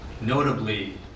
notably